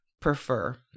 prefer